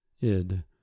Id